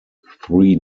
three